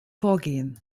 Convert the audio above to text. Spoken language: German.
vorgehen